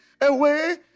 away